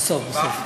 בסוף.